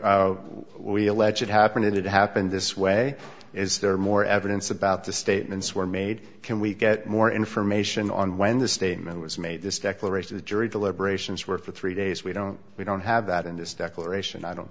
it happened it happened this way is there more evidence about the statements were made can we get more information on when the statement was made this declaration the jury deliberations were for three days we don't we don't have that in this declaration i don't